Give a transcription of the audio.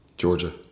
Georgia